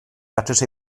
datrys